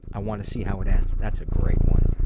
i want to see how it ends. that's a great one.